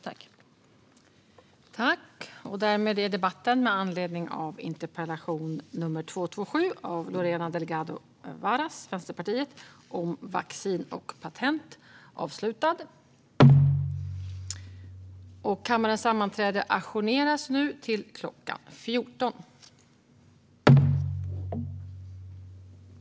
Svar på interpellationer